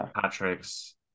Patrick's